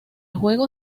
juego